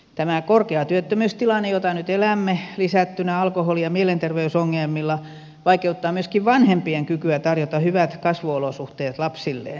tämä korkea työttömyystilanne jota nyt elämme lisättynä alkoholi ja mielenterveysongelmilla vaikeuttaa myöskin vanhempien kykyä tarjota hyvät kasvuolosuhteet lapsilleen